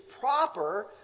proper